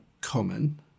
common